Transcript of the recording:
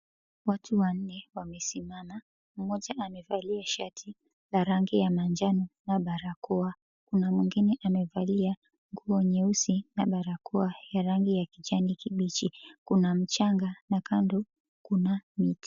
Watu wanne wamesimama, mmoja amevalia shati la rangi ya manjano na barakoa. Kuna mwingine amevalia nguo nyeusi na barakoa ya rangi ya kijani kibichi. Kuna mchanga na kando kuna miti.